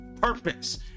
purpose